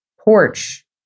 porch